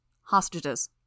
Hostages